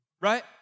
right